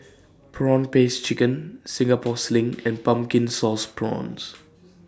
Prawn Paste Chicken Singapore Sling and Pumpkin Sauce Prawns